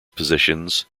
positions